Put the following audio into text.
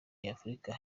nyafurika